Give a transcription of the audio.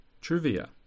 Trivia